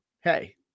hey